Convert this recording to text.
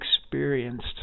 experienced